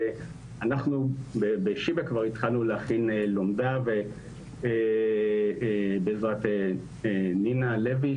ואנחנו בשיבא כבר התחלנו להכין לומדה בעזרת נינה הלוי,